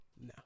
No